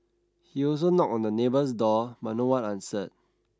he also knocked on the neighbour's door but no one answered